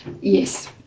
Yes